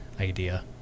idea